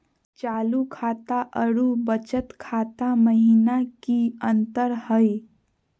चालू खाता अरू बचत खाता महिना की अंतर हई?